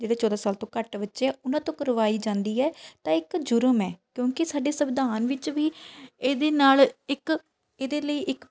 ਜਿਹੜੇ ਚੌਦ੍ਹਾਂਂ ਸਾਲ ਤੋਂ ਘੱਟ ਬੱਚੇ ਹੈ ਉਨ੍ਹਾਂ ਤੋਂ ਕਰਵਾਈ ਜਾਂਦੀ ਹੈ ਤਾਂ ਇੱਕ ਜੁਰਮ ਹੈ ਕਿਉਂਕਿ ਸਾਡੇ ਸੰਵਿਧਾਨ ਵਿੱਚ ਵੀ ਇਹਦੇ ਨਾਲ ਇੱਕ ਇਹਦੇ ਲਈ ਇੱਕ